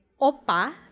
Opa